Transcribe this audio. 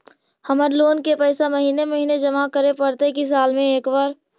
हमर लोन के पैसा महिने महिने जमा करे पड़तै कि साल में?